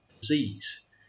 disease